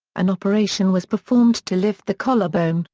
an operation was performed to lift the collarbone,